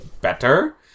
better